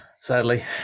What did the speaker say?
Sadly